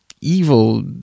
evil